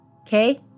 Okay